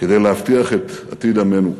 כדי להבטיח את עתיד עמנו.